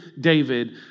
David